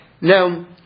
now